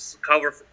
cover